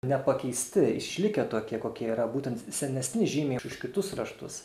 nepakeisti išlikę tokie kokie yra būtent senesni žymiai už kitus raštus